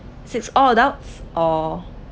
six all adults or